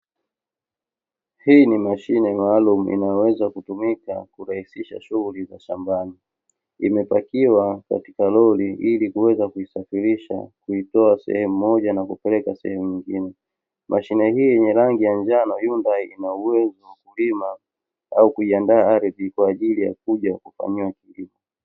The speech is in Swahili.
Hii ni mashine maalumu inayoweza kutumika kurahisisha shughuli za shambani, imepakiwa katika lori ilikuweza kuisafirisha kuitoa sehemu moja na kupeleka sehemu nyingine, mashine hii yenye rangi ya njano yundai inauwezo wa kulima au kuiandaa ardhi kwaajili ya kuja kufanyiwa kilimo.